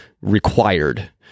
required